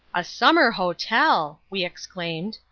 a summer hotel! we exclaimed.